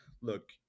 look